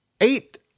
eight